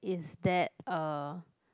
is that a